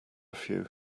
few